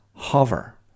hover